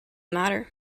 matter